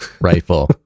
rifle